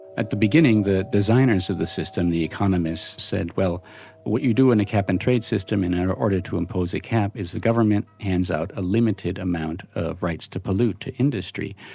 at the beginning the designers of the system, the economists, said well what you do in a cap and trade system, in and order to impose a cap, is the government hands out a limited amount of right to pollute to industry.